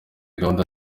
gahunda